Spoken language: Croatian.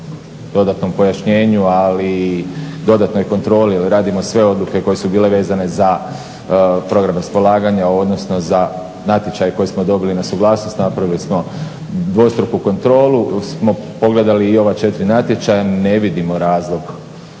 dodatnom pojašnjenju, ali i dodatnoj kontroli, jer radimo sve odluke koje su bile vezane za program raspolaganja odnosno za natječaj koji smo dobili na suglasnost napravili smo dvostruku kontrolu, pogledali i ova četiri natječaja, ne vidimo razlog